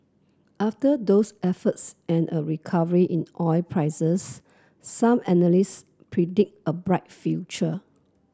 after those efforts and a recovery in oil prices some analysts predict a bright future